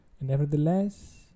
nevertheless